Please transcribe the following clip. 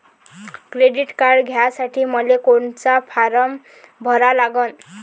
Credit card घ्यासाठी मले कोनचा फारम भरा लागन?